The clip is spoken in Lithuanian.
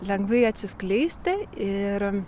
lengvai atsiskleisti ir